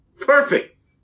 Perfect